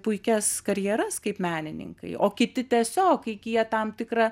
puikias karjeras kaip menininkai o kiti tiesiog įgyja tam tikrą